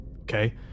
okay